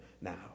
now